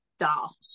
doll